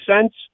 cents